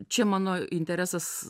čia mano interesas